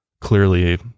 clearly